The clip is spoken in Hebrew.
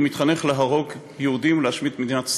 הוא מתחנך להרוג יהודים, להשמיד את מדינת ישראל.